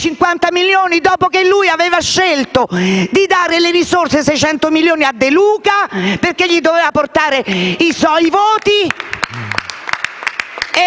milioni dopo che lui aveva scelto di dare le risorse, 600 milioni, a De Luca, perché gli doveva portare i voti,